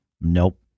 nope